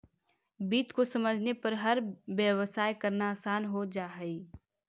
वित्त को समझने पर हर व्यवसाय करना आसान हो जा हई